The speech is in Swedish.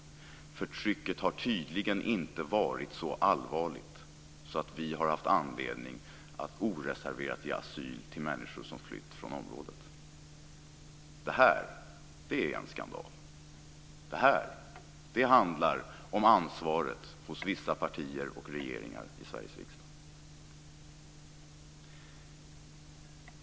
Förtrycket har tydligen inte varit så allvarligt att vi har haft anledning att oreserverat ge asyl till människor som flytt från området. Det här är en skandal. Det handlar om ansvaret hos vissa partier och regeringar i Sveriges riksdag.